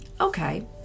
Okay